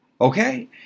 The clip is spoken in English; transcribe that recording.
Okay